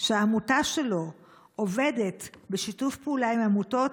שהעמותה שלו עובדת בשיתוף פעולה עם עמותות